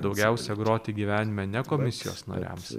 daugiausiai groti gyvenime ne komisijos nariams